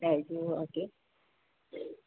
ਲੈ ਜੋ ਆਕੇ ਤੇ